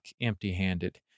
empty-handed